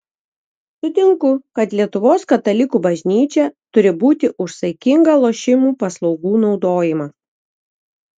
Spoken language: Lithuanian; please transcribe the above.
sutinku kad lietuvos katalikų bažnyčia turi būti už saikingą lošimų paslaugų naudojimą